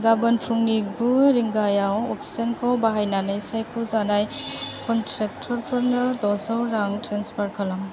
गाबोन फुंनि गु रिंगायाव अक्सिजेनखौ बाहायनानै सायख'जानाय क'नट्रेक्टरफोरनो द'जौ रां ट्रेन्सफार खालाम